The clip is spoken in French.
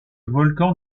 volcan